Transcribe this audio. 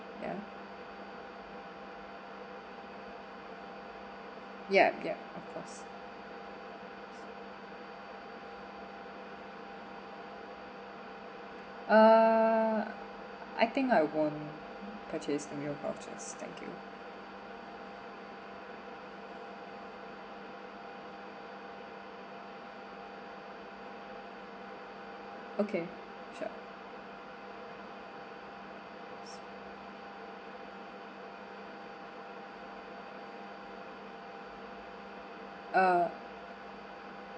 ya ya ya of course uh I think I won't purchase the meal vouchers thank you okay sure uh